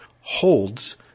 holds